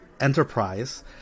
enterprise